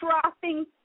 dropping